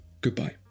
Goodbye